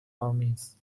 آمیز